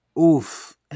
oof